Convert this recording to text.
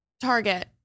Target